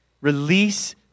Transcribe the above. Release